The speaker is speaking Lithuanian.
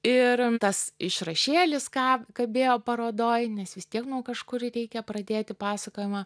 ir tas išrašėlis ką kabėjo parodoj nes vis tiek nuo kažkur reikia pradėti pasakojimą